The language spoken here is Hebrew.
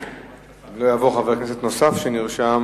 אם לא יבוא חבר כנסת נוסף שנרשם,